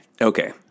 Okay